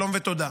שלום ותודה,